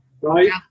right